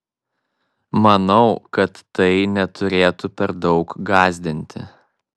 manau kad tai neturėtų per daug gąsdinti